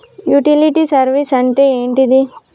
Utility service అంటే ఏంటిది?